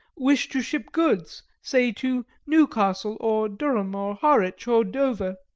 wish to ship goods, say, to newcastle, or durham, or harwich, or dover,